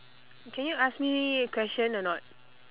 can you ask me question or not